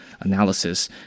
Analysis